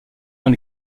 dans